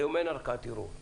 היום לא קיים גוף כזה,